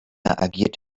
agiert